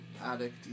addict